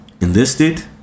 enlisted